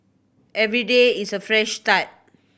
every day is a fresh start